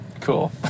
Cool